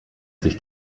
sich